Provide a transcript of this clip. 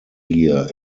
gear